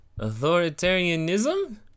authoritarianism